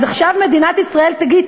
אז עכשיו מדינת ישראל תגיד,